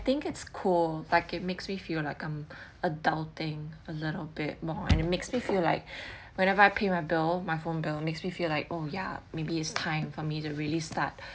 I think it's cool like it makes me feel like I'm adulting and learn a bit more and it makes me feel like whenever I pay my bill my phone bill makes me feel like oh yeah maybe it's time for me to really start